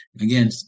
Again